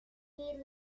loved